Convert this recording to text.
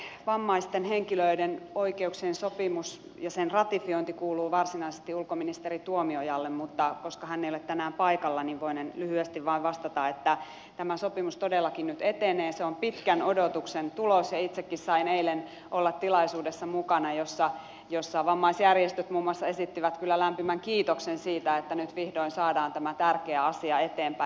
tuo vammaisten henkilöiden oikeuksien sopimus ja sen ratifiointi kuuluu varsinaisesti ulkoministeri tuomiojalle mutta koska hän ei ole tänään paikalla niin voinen lyhyesti vain vastata että tämä sopimus todellakin nyt etenee se on pitkän odotuksen tulos ja itsekin sain eilen olla mukana tilaisuudessa jossa vammaisjärjestöt muun muassa esittivät kyllä lämpimän kiitoksen siitä että nyt vihdoin saadaan tämä tärkeä asia eteenpäin